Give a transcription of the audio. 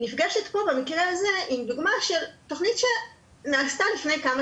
נפגשת פה במקרה הזה עם דוגמה של תכנית שנעשתה לפני כמה